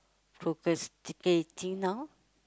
procrastinating now